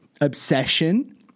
obsession